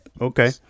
Okay